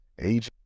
age